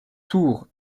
tour